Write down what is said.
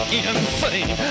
insane